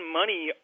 money